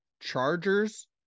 Chargers